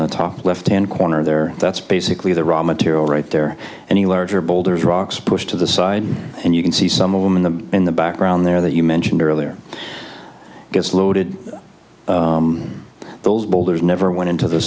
the top left hand corner there that's basically the raw material right there and he learned your boulders rocks pushed to the side and you can see some of them in the in the background there that you mentioned earlier gets loaded those boulders never went into the